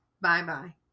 Bye-bye